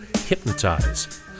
Hypnotize